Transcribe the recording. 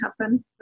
happen